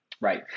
Right